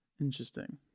Interesting